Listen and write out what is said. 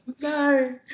no